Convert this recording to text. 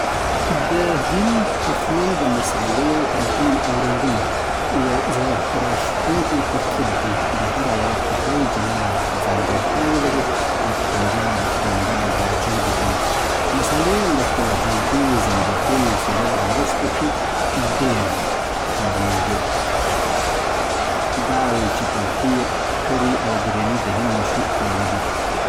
د هند پخلی د مصالو، بوی او رنګونو یو زړه راښکونکی ترکیب دی. د هر ایالت پخلی جلا ځانګړتیا لري، لکه پنجاب، بنګال، یا جنوبي هند. مصالې لکه هلدې، زنجفیل، زیره او مرچ پکښې ډېر کارېږي. دال، چپاتي، کری، او بریاني د هند مشهور خواړه دي